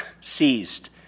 seized